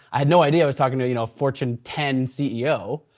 i had no idea i was talking to a you know fortune ten ceo,